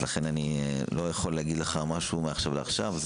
לכן אני לא יכול לומר לך משהו מעכשיו לעכשיו.